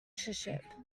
censorship